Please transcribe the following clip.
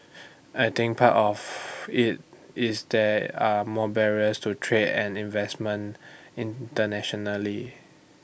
I think part of IT is there are more barriers to trade and investment internationally